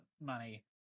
money